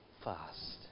fast